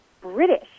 British